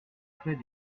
fait